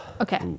okay